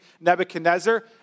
Nebuchadnezzar